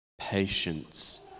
patience